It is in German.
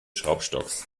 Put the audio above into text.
schraubstocks